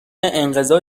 انقضا